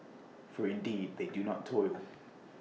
for indeed they do not toil